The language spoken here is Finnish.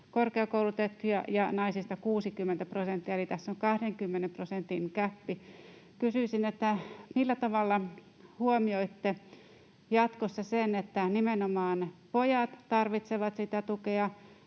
korkeakoulutettuja ja naisista 60 prosenttia, eli tässä on 20 prosentin gäppi. Kysyisin: millä tavalla huomioitte jatkossa sen, että nimenomaan pojat tarvitsevat sitä tukea,